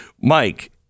Mike